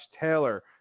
Taylor